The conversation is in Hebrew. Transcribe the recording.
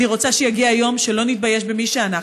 אני רוצה שיגיע יום שלא נתבייש במי שאנחנו: